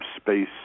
space